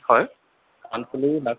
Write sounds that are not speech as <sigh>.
হয় <unintelligible>